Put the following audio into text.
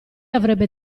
avrebbe